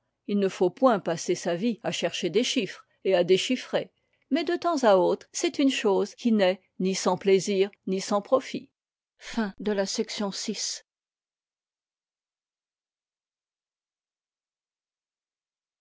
il ne faut point passer sa vie à chercher des chiffres et à déchiffrer mais de temps à autre c'est une chose qui n'est ni sans plaisir ni sans profit